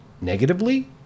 negatively